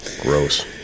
gross